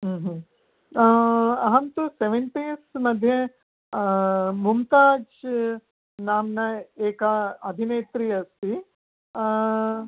अहं तु सेवेण्टीस् मध्ये मुम्ताज़् नाम्ना एका अभिनेत्री अस्ति